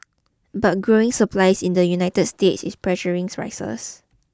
but growing supplies in the United States is pressuring prices